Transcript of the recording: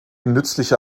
nützliche